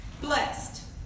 Blessed